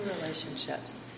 relationships